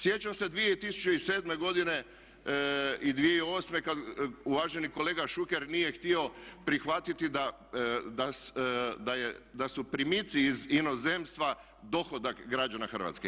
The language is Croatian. Sjećam se 2007. godine i 2008. kada uvaženi kolega Šuker nije htio prihvatiti da su primitci iz inozemstva dohodak građana Hrvatske.